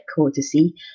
courtesy